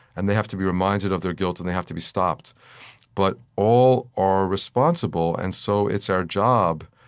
and they have to be reminded of their guilt, and they have to be stopped but all are responsible. and so it's our job,